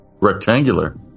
Rectangular